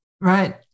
Right